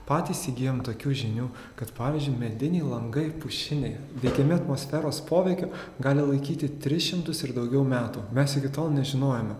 patys įgyjam tokių žinių kad pavyzdžiui mediniai langai pušiniai veikiami atmosferos poveikio gali laikyti tris šimtus ir daugiau metų mes iki tol nežinojome